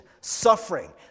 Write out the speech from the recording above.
suffering